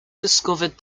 discovered